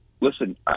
listen